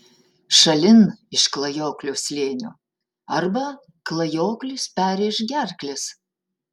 šalin iš klajoklio slėnio arba klajoklis perrėš gerkles